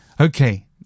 Okay